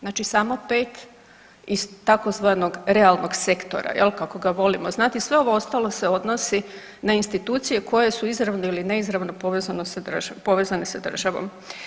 Znači samo pet iz tzv. realnog sektora jel kako ga volimo zvati, sve ovo ostalo se odnosi na institucije koje su izravno ili neizravno povezane sa državom.